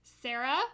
Sarah